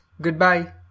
goodbye